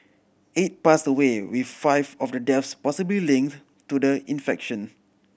eight passed away with five of the deaths possibly linked to the infection